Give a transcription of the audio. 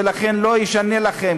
ולכן לא ישנה לכם.